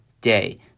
day